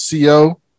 CO